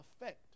effect